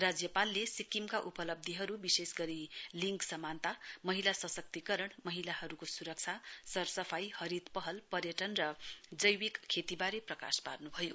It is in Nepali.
राज्यपालले सिक्किमका उपलब्धीहरू विशेष गरी लिंग समानता महिला सशक्तिकरण महिलाहरूको सुरक्षा सरसफाई हरित पहल पर्यटन र जैविक खेतीबारे प्रकाश पार्नु भयो